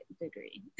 degree